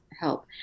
help